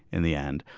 in the end.